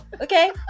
Okay